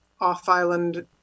off-island